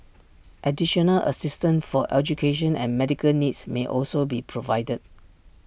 additional assistance for education and medical needs may also be provided